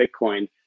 Bitcoin